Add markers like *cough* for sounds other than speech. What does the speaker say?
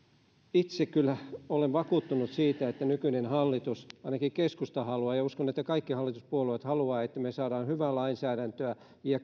itse kyllä olen vakuuttunut siitä että nykyinen hallitus haluaa ainakin keskusta haluaa ja uskon että kaikki hallituspuolueet haluavat että me saamme hyvää lainsäädäntöä ja *unintelligible*